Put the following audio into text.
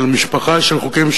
משפחה של חוקים,